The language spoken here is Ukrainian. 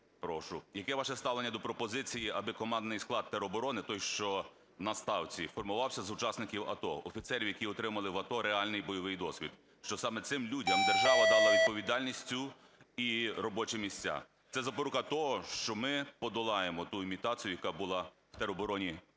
прошу. Яке ваше ставлення до пропозицій, аби командний склад тероборони, той, що на ставці, формувався з учасників АТО, офіцерів, які отримали в АТО реальний бойовий досвід? Що саме цим людям держава дала відповідальність цю і робочі місця – це запорука того, що ми подолаємо ту імітацію, яка була в теробороні